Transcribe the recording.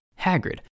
Hagrid